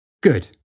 Good